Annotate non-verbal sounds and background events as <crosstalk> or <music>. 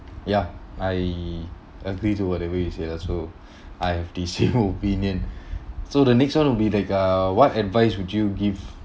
ya I agree to whatever you say also <breath> I have the <noise> same opinion so the next [one] will be that uh what advice would you give